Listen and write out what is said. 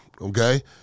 okay